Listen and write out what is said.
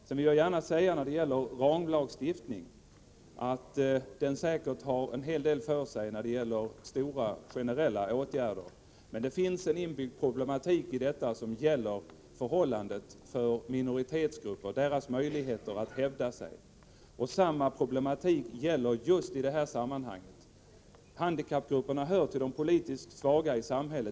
Sedan vill jag gärna säga att ramlagstiftningen säkert har en hel del fog för sig när det gäller stora generella åtgärder. Men det finns en inbyggd problematik i detta avseende. Det gäller minoritetsgrupperna och deras möjligheter att hävda sig. Samma problematik gäller just i det här sammanhanget. Handikappgrupperna hör till de politiskt svaga i samhället.